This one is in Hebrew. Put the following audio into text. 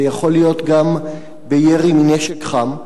ויכול להיות שגם בירי מנשק חם.